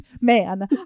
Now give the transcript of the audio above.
man